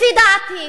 לפי דעתי,